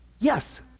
Yes